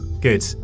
Good